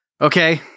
okay